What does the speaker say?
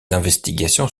investigations